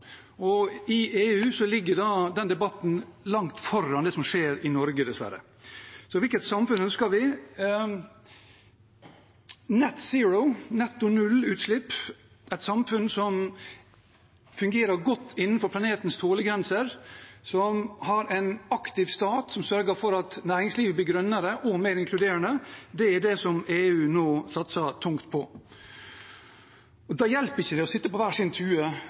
og i EU ligger den debatten langt foran det som skjer i Norge, dessverre. Så hvilket samfunn ønsker vi? «Net zero» – netto nullutslipp – et samfunn som fungerer godt innenfor planetens tålegrenser, som har en aktiv stat som sørger for at næringslivet blir grønnere og mer inkluderende, er det EU nå satser tungt på. Da hjelper det ikke å sitte på hver sin tue